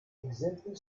exempel